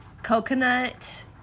Coconut